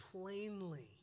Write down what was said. plainly